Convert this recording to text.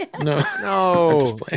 no